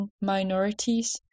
minorities